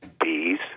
bees